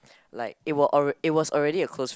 like it were it was already a close friend